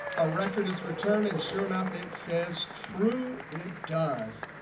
a record is returned, and sure enough, it says true it does.